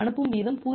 5 mbps